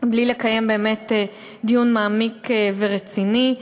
בלי לקיים באמת דיון מעמיק ורציני.